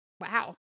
Wow